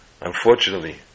Unfortunately